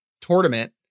tournament